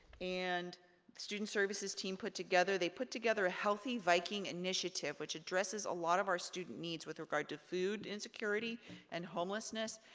and the student services team put together. they put together a healthy viking initiative, which addresses a lot of our student needs with regard to food insecurity and homelessness.